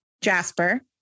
Jasper